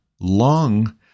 long